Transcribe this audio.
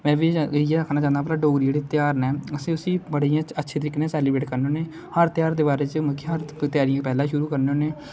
में ब इये आक्खना चाहना कि डोगरी जेहडे़ घ्यार ना असें उसी बडे़ इयां अच्छे तरीके कन्नै सैलीबरेट करने होने हर घ्यार दे बारे च मुक्ख त्यारी पहले गे शुरु करने होने